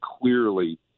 clearly –